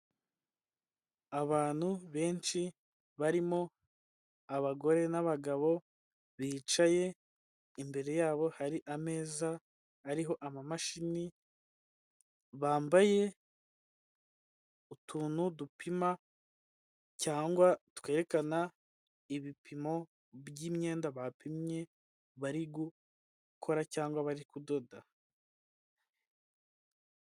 Abantu benshi barimo abagore n'nabagabo bicaye imbere yabo hari ameza ariho amamashini, bambaye utuntu dupima cyangwa twerekana ibipimo by'imyenda bapimye bari gukora cyangwa bari kudoda.